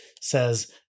says